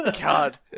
god